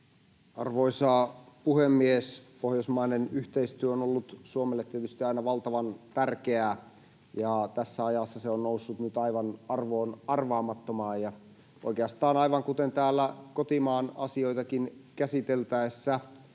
Arvoisa puhemies! Pohjoismainen yhteistyö on ollut Suomelle tietysti aina valtavan tärkeää, ja tässä ajassa se on noussut nyt aivan arvoon arvaamattomaan. Oikeastaan aivan kuten kotimaan asioitakin käsiteltäessä,